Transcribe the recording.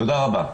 תודה רבה.